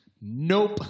Nope